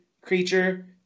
creature